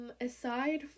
aside